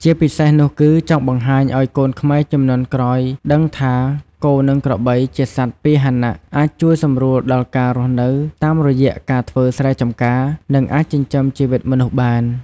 ជាពិសេសនោះគឺចង់បង្ហាញឱ្យកូនខ្មែរជំនាន់ក្រោយដឹងថា គោ និងក្របីជាសត្វពាហនៈអាចជួយសម្រួលដល់ការរស់នៅតាមរយៈការធ្វើស្រែចម្ការ និងអាចចិញ្ចឹមជីវិតមនុស្សបាន។